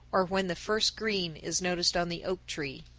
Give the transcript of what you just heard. or when the first green is noticed on the oak-trees.